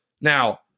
now